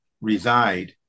reside